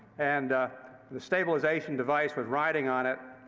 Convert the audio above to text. and the stabilization device was riding on it.